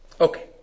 Okay